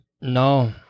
No